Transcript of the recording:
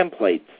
templates